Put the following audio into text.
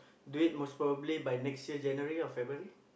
do it most probably by next year January or February